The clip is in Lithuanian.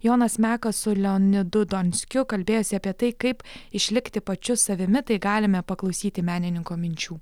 jonas mekas su leonidu donskiu kalbėjosi apie tai kaip išlikti pačiu savimi tai galime paklausyti menininko minčių